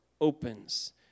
opens